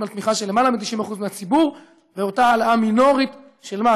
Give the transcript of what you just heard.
על תמיכה של למעלה מ-90% מהציבור באותה העלאה מינורית של מס.